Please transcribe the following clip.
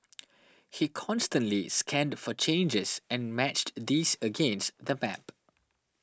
he constantly scanned for changes and matched these against the map